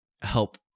help